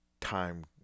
time